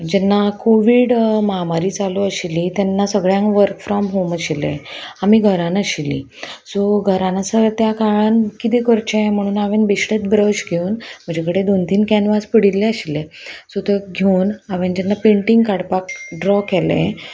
जेन्ना कोवीड महामारी चालू आशिल्ली तेन्ना सगळ्यांक वर्क फ्रॉम होम आशिल्लें आमी घरान आशिल्लीं सो घरान आसा त्या काळान किदें करचें म्हणून हांवें बेश्टेच ब्रश घेवन म्हजे कडेन दोन तीन कॅनवास पडिल्ले आशिल्ले सो ते घेवन हांवें जेन्ना पेंटींग काडपाक ड्रॉ केलें